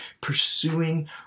pursuing